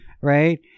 right